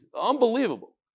Unbelievable